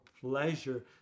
pleasure